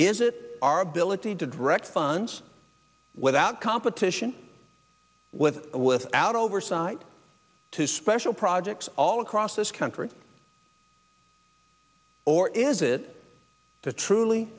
is it our ability to direct funds without competition with without oversight to special projects all across this country or is it to truly